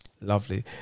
Lovely